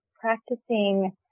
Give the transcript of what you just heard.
practicing